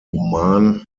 roman